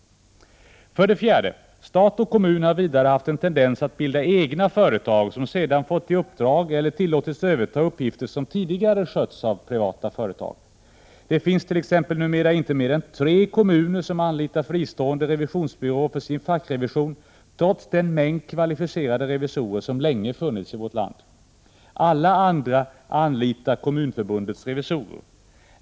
4. Stat och kommun har vidare haft en tendens att bilda egna företag, som sedan fått i uppdrag eller tillåtits överta uppgifter som tidigare skötts av privata företag. Det finns t.ex. numera inte mer än tre kommuner som anlitar fristående revisionsbyråer för sin fackrevision, trots den mängd kvalificerade revisorer som länge funnits i vårt land. Alla andra anlitar Kommunförbundets revisorer.